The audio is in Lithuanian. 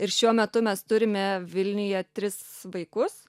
ir šiuo metu mes turime vilniuje tris vaikus